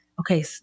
Okay